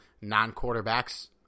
non-quarterbacks